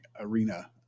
arena